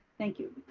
thank you.